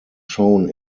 shown